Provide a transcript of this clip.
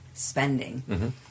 spending